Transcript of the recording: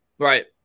Right